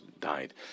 died